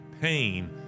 pain